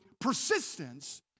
persistence